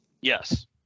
Yes